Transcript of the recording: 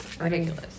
Ridiculous